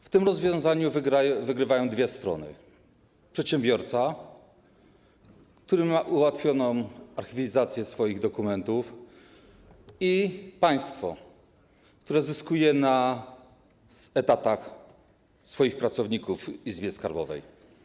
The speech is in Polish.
W tym rozwiązaniu wygrywają dwie strony: przedsiębiorca, który ma ułatwioną aktywizację swoich dokumentów, i państwo, które zyskuje na etatach swoich pracowników w Izbie Skarbowej.